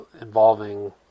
involving